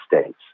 state's